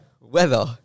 weather